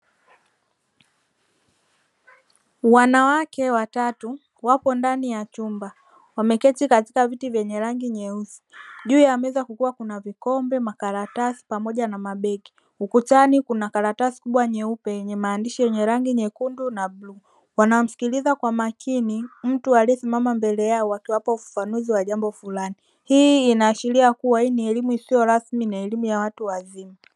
Wanawake watatu wapo ndani ya chumba wameketi katika viti vyenye rangi nyeusi juu ya meza kukua kuna vikombe makaratasi pamoja na mabeki ukutani kuna karatasi kubwa nyeupe yenye maandishi yenye rangi nyekundu na blue wanamsikiliza kwa makini mtu aliyesimama mbele yao wakiwapo ufafanuzi wa jambo fulani hii inaashiria kuwa hii ni elimu isiyo rasmi na elimu ya watu wazima.